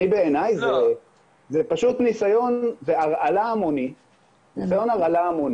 בעיניי זה פשוט ניסיון הרעלה המוני,